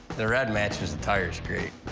the red matches the tires great.